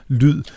lyd